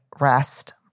rest